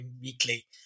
Weekly